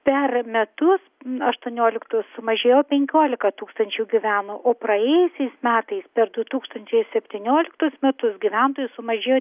per metus aštuonioliktų sumažėjo penkiolika tūkstančių gyveno o praėjusiais metais per du tūkstančiai septynioliktus gyventojų sumažėjo